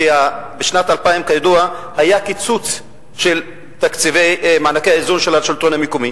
בשנת 2000 היה כידוע קיצוץ של מענקי האיזון של השלטון המקומי.